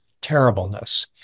terribleness